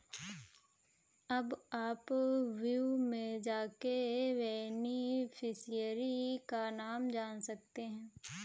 अब आप व्यू में जाके बेनिफिशियरी का नाम जान सकते है